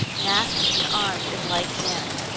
masked and armed in like manner.